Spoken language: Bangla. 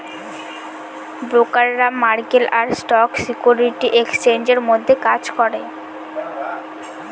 ব্রোকাররা মক্কেল আর স্টক সিকিউরিটি এক্সচেঞ্জের মধ্যে কাজ করে